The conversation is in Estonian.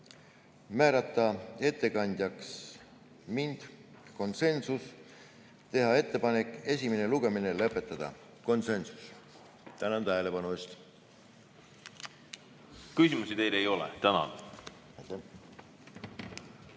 määrata ettekandjaks mind – konsensus; teha ettepanek esimene lugemine lõpetada – konsensus. Tänan tähelepanu eest! Küsimusi teile ei ole. Tänan!